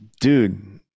Dude